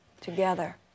Together